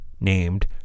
named